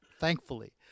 Thankfully